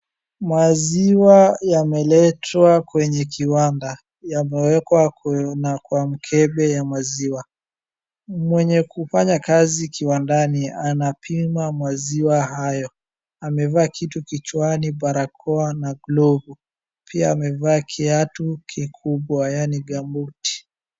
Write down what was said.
Maziwa yameletwa kwenye kiwanda, yamewekwa na kwa mkembe ya maziwa. Mwenye kufanya kazi kiwandani anapima maziwa hayo. Amevaaa kitu kichwani, barakoa na glovu. Pia amevaa kiatu kikubwa yani gambuti .